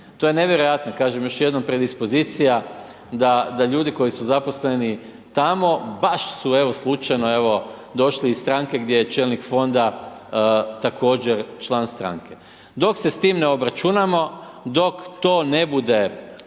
To je nevjerojatno kažem još jednom predispozicija da ljudi koji su zaposleni tamo baš su evo slučajno evo došli iz stranke gdje je čelnik fonda također član stranke. Dok se sa tim ne obračunamo, dok to ne bude